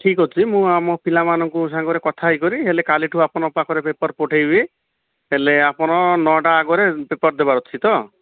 ଠିକ ଅଛି ମୁଁ ଆମ ପିଲାମାନଙ୍କ ସାଙ୍ଗରେ କଥା ହେଇକରି ହେଲେ କାଲିଠୁ ଆପଣଙ୍କ ପାଖରେ ପେପର୍ ପଠେଇବି ହେଲେ ଆପଣ ନଅଟା ଆଗରେ ପେପର୍ ଦେବାର ଅଛି ତ